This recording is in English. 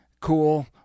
cool